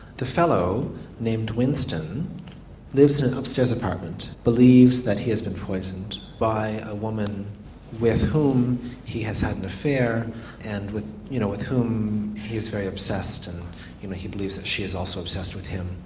the fellow named winston lives in an upstairs apartment, believes that he has been poisoned by a woman with whom he has had an affair and with you know with whom he is very obsessed, and you know he believes that she is also obsessed with him,